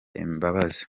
imbabazi